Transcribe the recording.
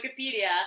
wikipedia